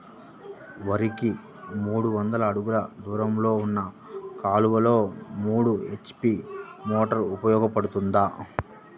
వరికి మూడు వందల అడుగులు దూరంలో ఉన్న కాలువలో మూడు హెచ్.పీ మోటార్ ఉపయోగపడుతుందా?